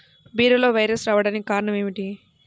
బీరలో వైరస్ రావడానికి కారణం ఏమిటి?